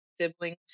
siblings